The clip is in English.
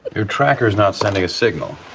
your tracker is not sending a signal.